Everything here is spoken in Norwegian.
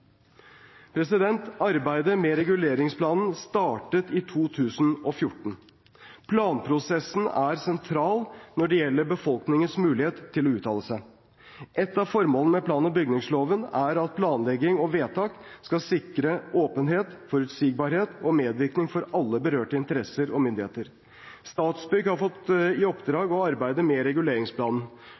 Arbeidet med reguleringsplanen startet i 2014. Planprosessen er sentral når det gjelder befolkningens mulighet til å uttale seg. Et av formålene med plan- og bygningsloven er at planlegging og vedtak skal sikre åpenhet, forutsigbarhet og medvirkning for alle berørte interesser og myndigheter. Statsbygg har fått i oppdrag å arbeide med reguleringsplanen.